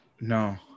No